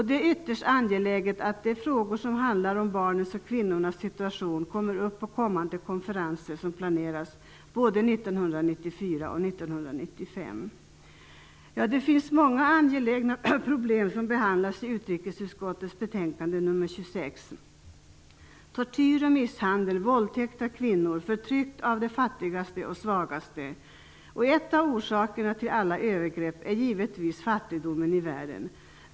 Det är ytterst angeläget att de frågor som handlar om barnens och kvinnornas situation kommer upp på de kommande konferenser som planeras både Det finns många angelägna problem som behandlas i utrikesutskottets betänkande nr 26 -- tortyr och misshandel, våldtäkt av kvinnor, förtryck av de fattigaste och de svagaste. En av orsakerna till alla övergrepp är givetvis fattigdomen i världen.